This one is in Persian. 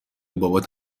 بابات